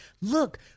look